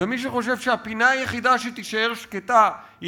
ומי שחושב שהפינה היחידה שתישאר שקטה היא